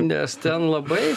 nes ten labai